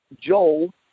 Joel